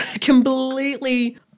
completely